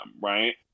right